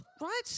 Right